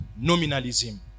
nominalism